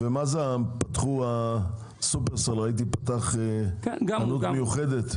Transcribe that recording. ומה זה, ראיתי ששופרסל פתחו חנות מיוחדת.